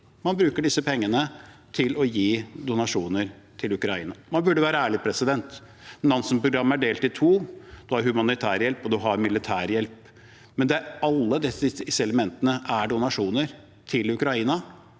man bruker disse pengene til å gi donasjoner til Ukraina. Man burde være ærlig. Nansen-programmet er delt i to – man har humanitær hjelp, og man har militær hjelp. Alle disse elementene er donasjoner til Ukraina,